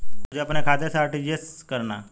मुझे अपने खाते से आर.टी.जी.एस करना?